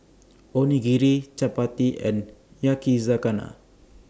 Onigiri Chapati and Yakizakana